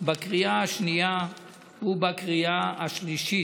בקריאה השנייה ובקריאה השלישית.